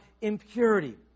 impurity